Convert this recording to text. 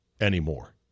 anymore